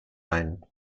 ein